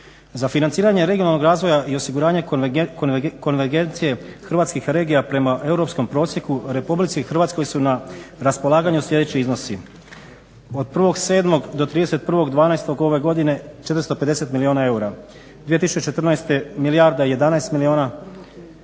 Za financiranje regionalnog razvoja i osiguranja konvergencije hrvatskih regija prema europskom prosjeku u RH su na raspolaganju sljedeći iznosi, od 1.07. do 31.12. ove godine 450 milijuna eura, 2014. milijarda i 11 milijuna,